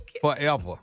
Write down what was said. Forever